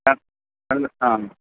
ആ ആ